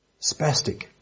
spastic